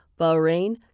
Bahrain